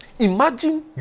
Imagine